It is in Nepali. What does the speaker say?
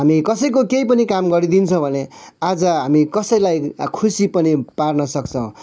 हामी कसैको केही पनि काम गरिदिन्छौँ भने आज हामी कसैलाई खुसी पनि पार्न सक्छौँ